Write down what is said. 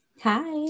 Hi